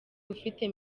ufite